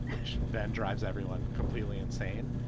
which then drives everyone completely insane.